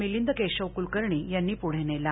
मिलिंद केशव कुलकर्णी यांनी पुढे नेला